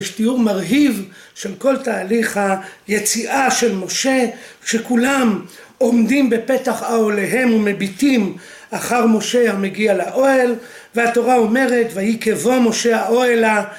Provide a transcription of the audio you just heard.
יש תיאור מרהיב של כל תהליך היציאה של משה כשכולם עומדים בפתח אהליהם ומביטים אחר משה המגיע לאוהל והתורה אומרת ויהי כבוא משה האהלה